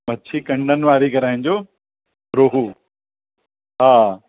मछी कंडनि वारी कराइजो रोहू हा